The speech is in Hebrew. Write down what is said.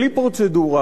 בלי פרוצדורה,